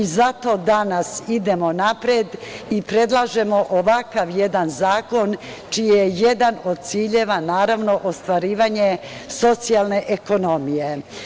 Zato danas idemo napred i predlažemo ovakav jedan zakon, čiji je jedan od ciljeva ostvarivanje socijalne ekonomije.